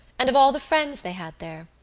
and of all the friends they had there.